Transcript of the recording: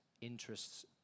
interests